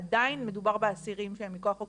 עדיין מדובר במוחזקים שהם מכוח חוק